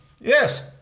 Yes